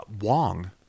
wong